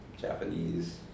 Japanese